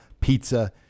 pizza